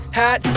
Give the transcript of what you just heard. hat